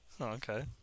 Okay